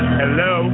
hello